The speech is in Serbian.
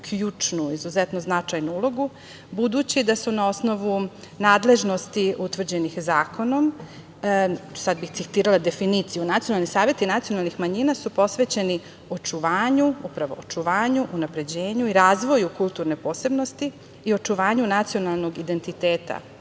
ključnu i izuzetno značajnu ulogu budući da su na osnovu nadležnosti utvrđenih zakonom, sad bih citirala definiciju – Nacionalni saveti nacionalnih manjina su posvećeni očuvanju, unapređenju i razvoju kulturne posebnosti i očuvanju nacionalnog identiteta